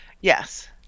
yes